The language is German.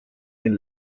den